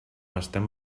estem